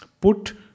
put